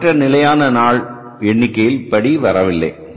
இது மற்ற நிலையான நாள் எண்ணிக்கையின் படி வரவில்லை